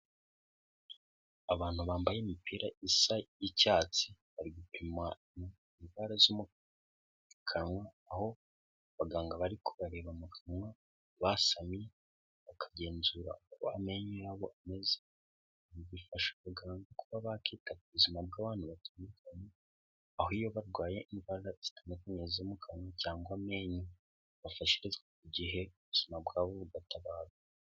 Abantu bambaye imipira isa icyatsi bari gupimwa indwara zo mu kanwa. Aho abaganga bari kubareba mu kanwa basamye bakagenzura uko amenyayo y'abo ameze, bifasha abaganga kuba bakita ku buzima bw'abantu batandukanye, aho iyo barwaye indwara zitandukanye zo mu kanwa cyangwa amenyo bafashirizwa ku gihe, ubuzima bwabo bugatabarwa.